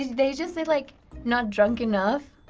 they just say like not drunk enough?